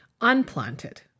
unplanted